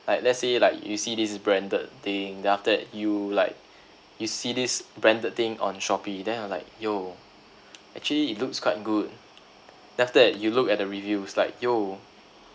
like let's say like you see this is branded thing then after that you'd like you see this branded thing on Shopee then I'm like !yo! actually it looks quite good then after that you look at the reviews like !yo!